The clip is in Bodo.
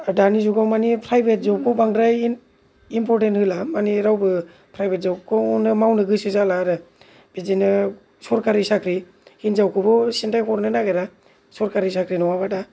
दानि जुगाव मानि प्राइभेट जबखौ बांद्राय इम्फरटेन्ट होला मानि रावबो प्राइभेट जबखौनो मावनो गोसो जाला आरो बिदिनो सरकारि साख्रि हिनजावखौबो सिनथाय हरनो नागेरा सरकारि साख्रि नङाबा दा